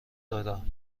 دارم